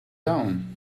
down